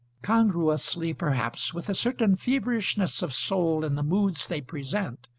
congruously perhaps with a certain feverishness of soul in the moods they present,